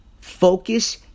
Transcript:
focus